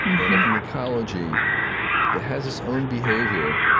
or like an ecology that has its own behavior.